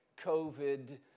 COVID